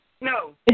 No